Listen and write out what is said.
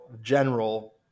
general